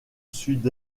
sud